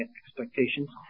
expectations